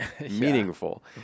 meaningful